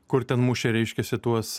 kur ten mušė reiškiasi tuos